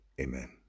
Amen